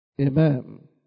Amen